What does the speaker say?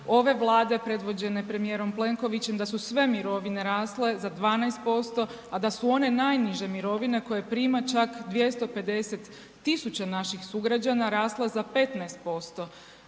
ove Vlade predvođene premijerom Plenkovićem, da su sve mirovine rasle za 12%, a da su one najniže mirovine koje prima čak 250 tisuća naših sugrađana rasle za 15%.